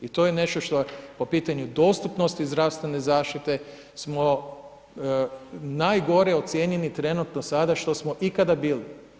I to je nešto što je po pitanju dostupnosti zdravstvene zaštite, smo najgore ocijenjeni trenutno sada što smo ikada bili.